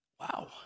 wow